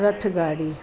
रथगाॾी